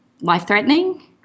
life-threatening